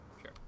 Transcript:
Sure